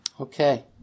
Okay